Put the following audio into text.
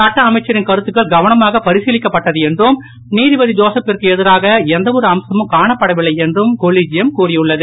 சட்ட அமைச்சரின் கருத்துக்கள் கவனமாக பரிசிலிக்கப்பட்டது என்றும் நீதிபதி ஜோசப்பிற்கு எதிராக எந்தவொரு அம்சமும் காணப்படவில்லை என்றும் கொலிஜியம் கூறியுள்ளது